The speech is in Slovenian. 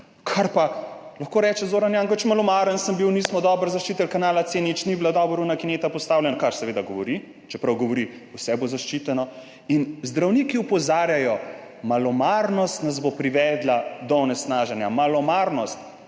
kar pa lahko reče Zoran Janković, malomaren sem bil, nismo dobro zaščitili kanala C0, ni bila dobro tista kineta postavljena. Kar seveda govori, čeprav govori, vse bo zaščiteno. In zdravniki opozarjajo, malomarnost nas bo privedla do onesnaženja. Malomarnost.